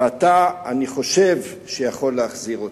ואתה, אני חושב, יכול להחזיר אותו.